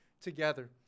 together